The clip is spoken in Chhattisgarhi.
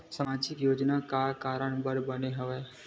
सामाजिक योजना का कारण बर बने हवे?